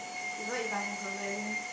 even if I have a wedding